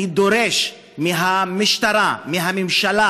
אני דורש מהמשטרה, מהממשלה,